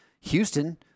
Houston